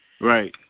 Right